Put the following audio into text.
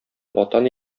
ватан